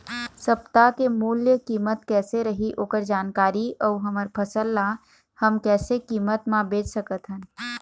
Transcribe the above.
सप्ता के मूल्य कीमत कैसे रही ओकर जानकारी अऊ हमर फसल ला हम कैसे कीमत मा बेच सकत हन?